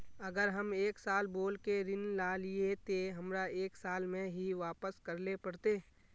अगर हम एक साल बोल के ऋण लालिये ते हमरा एक साल में ही वापस करले पड़ते?